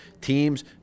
teams